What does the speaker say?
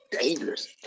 dangerous